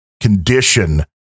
condition